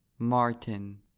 martin